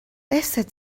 دستت